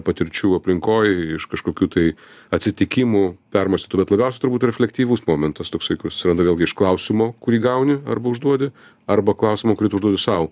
patirčių aplinkoj iš kažkokių tai atsitikimų permąstytų bet labiausia turbūt reflektyvus momentas toksai kuris atsiranda vėlgi iš klausimo kurį gauni arba užduodi arba klausimo kurį tu užduodi sau